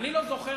אני לא זוכר,